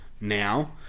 now